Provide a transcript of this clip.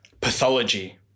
Pathology